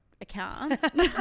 account